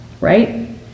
Right